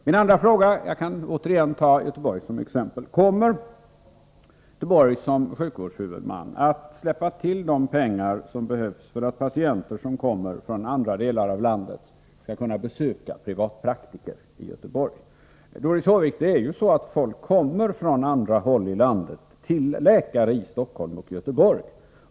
För nästa fråga kan jag åter ta Göteborg som exempel. Kommer Göteborg som sjukvårdshuvudman att släppa till de pengar som behövs för att patienter som kommer från andra delar av landet skall kunna besöka privatpraktiker i Göteborg? Folk kommer från andra håll i landet, Doris Håvik, till läkare i Stockholm och Göteborg.